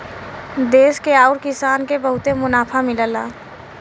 देस के आउर किसान के बहुते मुनाफा मिलला